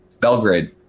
belgrade